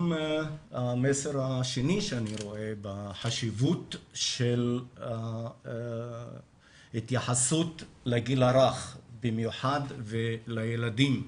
גם המסר השני שאני רואה בחשיבות של ההתייחסות לגיל הרך במיוחד ולילדים,